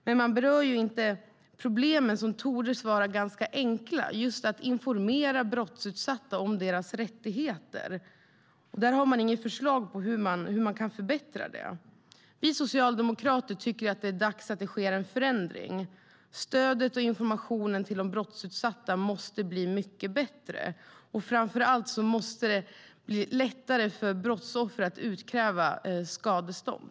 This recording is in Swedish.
Men man berör inte de problem som torde vara ganska enkla - att informera brottsutsatta om deras rättigheter. Regeringen har inget förslag till hur man kan förbättra detta. Vi socialdemokrater tycker att det är dags att det sker en förändring. Stödet och informationen till de brottsutsatta måste bli mycket bättre. Framför allt måste det bli lättare för brottsoffer att utkräva skadestånd.